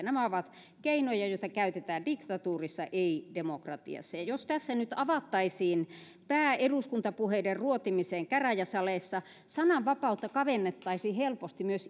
nämä ovat keinoja joita käytetään diktatuurissa ei demokratiassa ja jos tässä nyt avattaisiin pää eduskuntapuheiden ruotimiseen käräjäsaleissa sananvapautta kavennettaisiin helposti myös